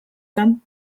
come